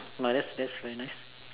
!wah! that's that's very nice